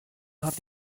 hat